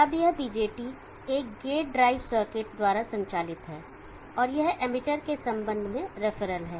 अब यह BJT एक गेट ड्राइव सर्किट द्वारा संचालित है और यह एमिटर के संबंध में रेफरल है